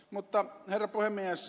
herra puhemies